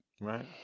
right